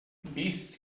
beasts